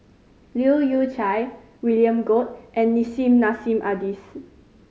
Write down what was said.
Leu Yew Chye William Goode and Nissim Nassim Adis